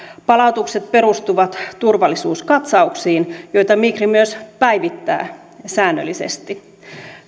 palautukset perustuvat turvallisuuskatsauksiin joita migri myös päivittää säännöllisesti